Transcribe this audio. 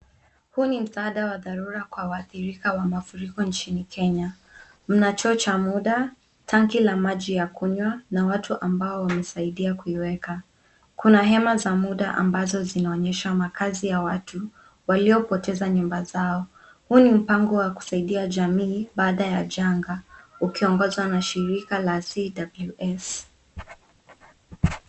Huu ni msaada wa dharura kwa wathirika wa mafuriko nchini Kenya. Mna choo cha muda, tangi la maji ya kunywa na watu ambao wamesaidia kuiweka. Kuna hema za muda ambazo zinaonyesha makaazi ya watu waliopoteza nyumba zao. Huu ni mpango wa kusaidia jamii baada ya janga, ukiongozwa na shirika la CWS.